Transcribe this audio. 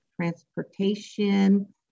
transportation